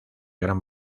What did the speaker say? gran